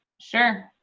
Sure